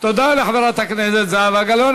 תודה לחברת הכנסת זהבה גלאון.